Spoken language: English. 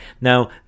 Now